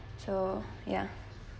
so ya